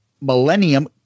Millennium